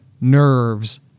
nerves